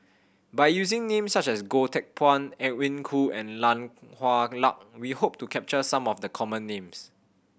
by using names such as Goh Teck Phuan Edwin Koo and Tan Hwa Luck we hope to capture some of the common names